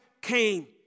came